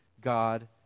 God